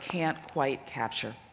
can't quite capture.